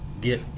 get